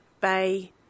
Bay